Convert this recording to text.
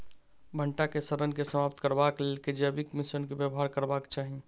भंटा केँ सड़न केँ समाप्त करबाक लेल केँ जैविक मिश्रण केँ व्यवहार करबाक चाहि?